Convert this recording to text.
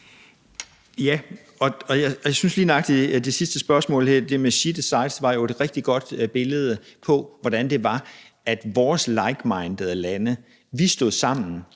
Jeg synes, at lige nøjagtig det sidste spørgsmål her med She Decides jo er et rigtig godt billede på, hvordan det var: at vores likemindede lande stod sammen,